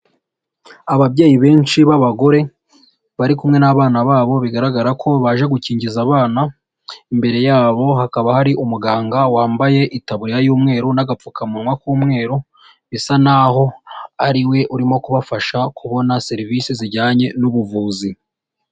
Ababyeyi benshi b'abagore bari kumwe n'abana babo bigaragara ko baje gukingiza abana, imbere yabo hakaba hari umuganga wambaye itaburiya y'umweru n'agapfukamunwa k'umweru, bisa n'aho ariwe urimo kubafasha kubona serivisi zijyanye n'ubuvuzi.